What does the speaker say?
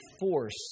force